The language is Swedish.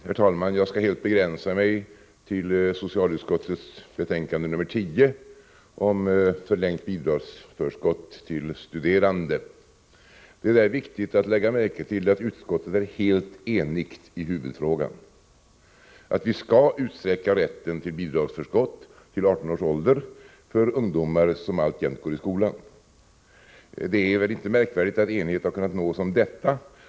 Herr talman! Jag skall helt begränsa mig till socialutskottets betänkande 10 om förlängt bidragsförskott för studerande. Det är viktigt att lägga märke till att utskottet är helt enigt i huvudfrågan, dvs. att vi skall utsträcka rätten till bidragsförskott för ungdomar som alltjämt går i skolan så, att den avser också den som har fyllt 18 år. Det är inte märkvärdigt att enighet har kunnat nås om detta.